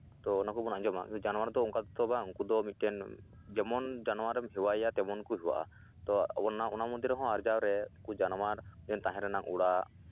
ᱛᱚ ᱚᱱᱟ ᱠᱚᱵᱚᱱ ᱟᱸᱡᱚᱢᱟ ᱡᱟᱱᱣᱟᱨ ᱫᱚ ᱚᱱᱠᱟ ᱛᱚ ᱵᱟᱝ ᱩᱱᱠᱩᱫᱚ ᱢᱤᱫᱴᱮᱱ ᱫᱚ ᱵᱟᱝ ᱡᱮᱢᱚᱱ ᱡᱟᱱᱣᱟᱨᱮᱢ ᱦᱮᱣᱟᱭᱮᱭᱟ ᱛᱮᱢᱚᱱ ᱠᱚ ᱦᱮᱣᱟᱜᱼᱟ ᱛᱚ ᱟᱵᱚ ᱚᱱᱟ ᱢᱚᱫᱽᱫᱷᱮ ᱨᱮᱦᱚᱸ ᱟᱨᱡᱟᱣ ᱨᱮ ᱩᱱᱠᱩ ᱡᱟᱱᱣᱟᱨ ᱛᱟᱦᱮᱸ ᱨᱮᱱᱟᱜ ᱚᱲᱟᱜ